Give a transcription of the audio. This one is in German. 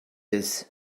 ist